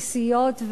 על זכויות בסיסיות.